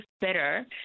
better